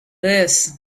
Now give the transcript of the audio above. this